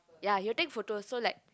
ya he will take photo so like